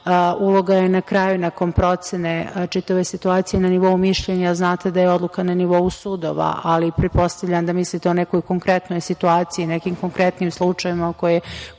uloga je na kraju, nakon procene čitave situacije, na nivou mišljenja, znate da je odluka na nivou sudova, ali pretpostavljam da mislite o nekoj konkretnoj situaciji, nekim konkretnim slučajevima u koji